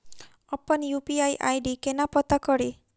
अप्पन UPI ID केना पत्ता कड़ी?